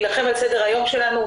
להלחם על סדר היום שלנו,